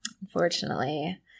unfortunately